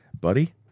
buddy